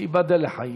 שייבדל לחיים.